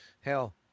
Hell